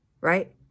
right